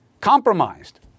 compromised